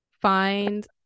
find